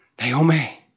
Naomi